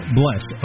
bless